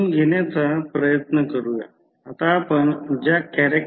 आता प्रतिबाधा झेड आहे म्हणून प्रतिबाधा ZZ B असेल